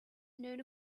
known